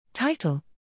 Title